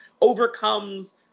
overcomes